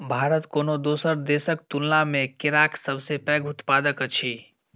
भारत कोनो दोसर देसक तुलना मे केराक सबसे पैघ उत्पादक अछि